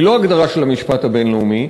לא הגדרה של המשפט הבין-לאומי,